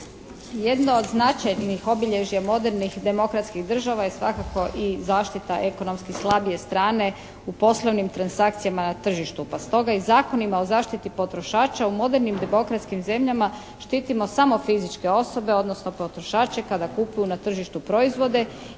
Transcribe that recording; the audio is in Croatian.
jedno od značajnih obilježja modernih demokratskih država je svakako i zaštita ekonomski slabije strane u poslovnim transakcijama na tržištu. Pa stoga i Zakonima o zaštiti potrošača u modernim demokratskim zemljama štitimo samo fizičke osobe odnosno potrošače kada kupuju na tržištu proizvode